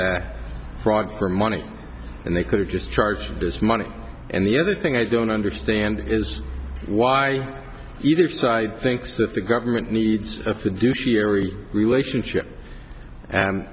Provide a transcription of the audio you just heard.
t fraud for money and they could have just charged this money and the other thing i don't understand is why either side thinks that the government needs a fiduciary relationship and